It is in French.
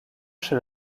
chez